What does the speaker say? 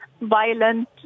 violent